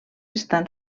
estan